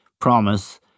promise